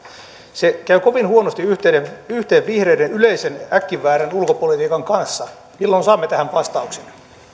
se käy kovin huonosti yhteen vihreiden yleisen äkkiväärän ulkopolitiikan kanssa milloin saamme tähän vastauksen